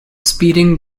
speeding